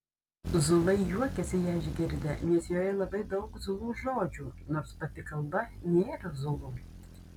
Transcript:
zulai juokėsi ją išgirdę nes joje labai daug zulų žodžių nors pati kalba nėra zulų